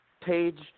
page